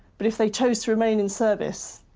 but if they chose to remain in service,